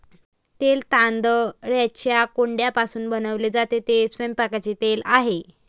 तेल तांदळाच्या कोंडापासून बनवले जाते, ते स्वयंपाकाचे तेल आहे